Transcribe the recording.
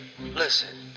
Listen